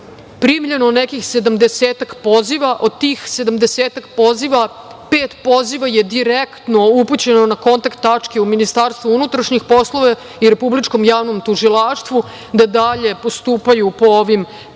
primljeno nekih sedamdesetak poziva. Od tih sedamdesetak poziva, pet poziva je direktno upućeno na kontakt tačke u MUP-u i republičkom Javnom tužilaštvu da dalje postupaju po ovim pretnjama.